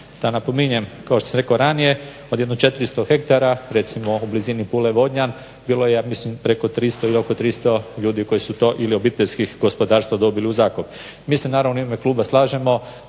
Pa napominjem, kao što sam rekao ranije od jedno 400 hektara, recimo u blizini Pule Vodnjan bilo je ja mislim preko 300 i oko 300 ljudi koji su to, ili obiteljskih gospodarstava dobili u zakup. Mi se naravno u ime kluba slažemo